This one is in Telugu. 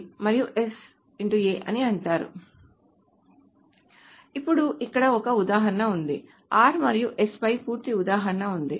A అని అంటారు ఇప్పుడు ఇక్కడ ఒక ఉదాహరణ ఉంది r మరియు s పై పూర్తి ఉదాహరణ ఉంది